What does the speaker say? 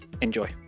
Enjoy